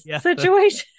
situation